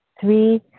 Three